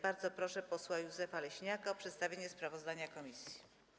Bardzo proszę posła Józefa Leśniaka o przedstawienie sprawozdania komisji.